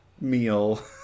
meal